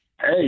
Hey